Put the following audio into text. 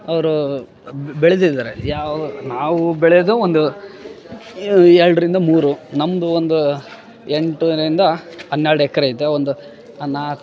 ಅವರು ಬೆಳೆದಿದಾರೆ ಯಾವ ನಾವು ಬೆಳೆದು ಒಂದು ಎರಡರಿಂದ ಮೂರು ನಮ್ಮದು ಒಂದು ಎಂಟರಿಂದ ಹನ್ನೆರಡು ಎಕ್ರೆ ಐತೆ ಒಂದು ನಾಲ್ಕು